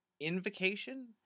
invocation